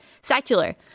secular